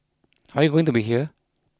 are we going to be here